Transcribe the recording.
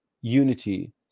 unity